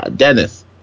Dennis